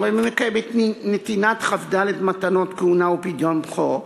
הרי זה אינו מקים נתינת כ"ד מתנות כהונה ופדיון בכור,